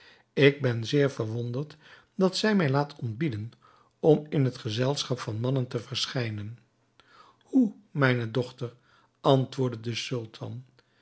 ik ben zeer verwonderd dat zij mij laat ontbieden om in het gezelschap van mannen te verschijnen hoe mijne dochter antwoordde de sultan